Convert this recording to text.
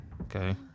Okay